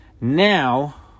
Now